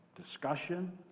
Discussion